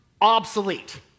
obsolete